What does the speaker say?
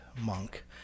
monk